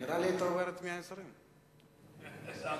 נראה לי שהיית עובר 120. לא.